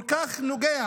כל כך נוגע